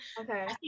Okay